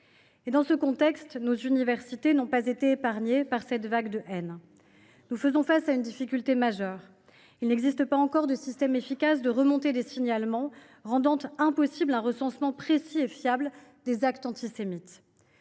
Dans ce contexte, nos universités n’ont pas été épargnées par cette vague de haine. Nous faisons face à une difficulté majeure : il n’existe pas encore de système efficace de remontée des signalements, rendant impossible un recensement précis et fiable des actes antisémites.